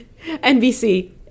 NBC